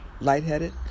lightheaded